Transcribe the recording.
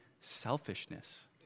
selfishness